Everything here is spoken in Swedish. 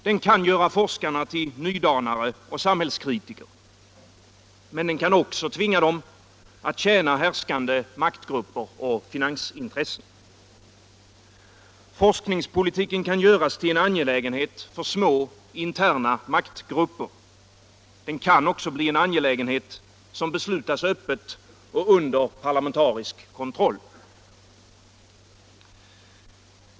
Den kan göra forskarna till nydanare och samhällskritiker, men den kan också tvinga dem att tjäna härskande maktgrupper och finansintressen. Forskningspolitiken kan göras till en angelägenhet för små, interna maktgrupper. Den kan också bli en angelägenhet som beslutas öppet och under parlamentarisk kontroll.